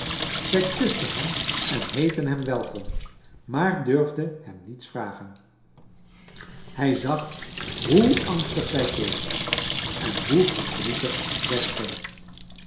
zij kusto hem en heette hem welkom maar durfde hem niets vragen hij zag hoe angstig zij keek en hoe verdrietig zij scheen